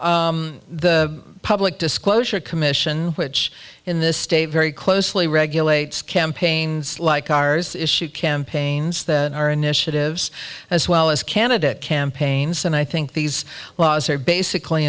the public disclosure commission which in this state very closely regulates campaigns like ours issued campaigns that are initiatives as well as candidate campaigns and i think these laws are basically